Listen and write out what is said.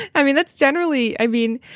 i mean, that's generally i mean,